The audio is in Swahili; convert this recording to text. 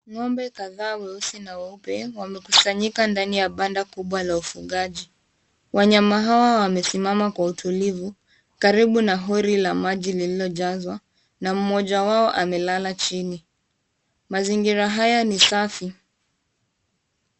Ng'ombe kadhaa weusi na weupe wamekusanyika ndani ya banda kubwa la ufugaji. Wanyama hawa wamesimama kwa utulivu karibu na hori la maji lililojazwa, na mmoja wao amelala chini. Mazingira haya ni safi.